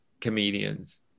comedians